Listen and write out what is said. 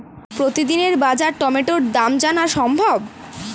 প্রতিদিনের বাজার টমেটোর দাম জানা সম্ভব?